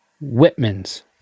Whitman's